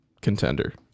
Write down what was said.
contender